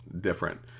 different